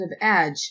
edge